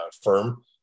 firm